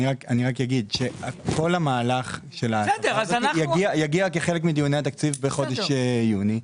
אני רק אגיד שכל המהלך יגיע כחלק מדיוני התקציב בחודש יוני.